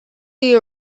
you